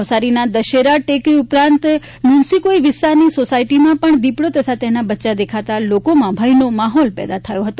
નવસારીના દશેરા ટેકરી ઉપરાંત લુન્સીકુઈ વિસ્તારની સોસાયટીમાં પણ દીપડો તથા તેના બચ્ચા દેખાતા લોકોમાં ભયનો માહોલ પેદા થયો હતો